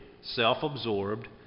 self-absorbed